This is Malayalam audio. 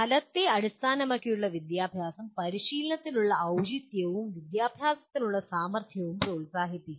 ഫലത്തെ അടിസ്ഥാനമാക്കിയുള്ള വിദ്യാഭ്യാസം പരിശീലനത്തിനുള്ള ഔചിത്യവും വിദ്യാഭ്യാസത്തിനുള്ള സാമർത്ഥ്യവും പ്രോത്സാഹിപ്പിക്കുന്നു